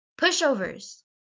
pushovers